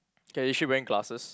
okay is she wearing glasses